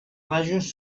rajos